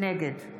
נגד רם